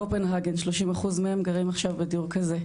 קופנהגן 30% מהם גרים עכשיו בדיור כזה.